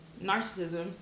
narcissism